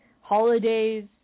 holidays